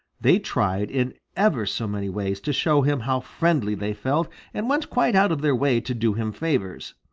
they tried in ever so many ways to show him how friendly they felt and went quite out of their way to do him favors.